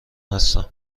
هستم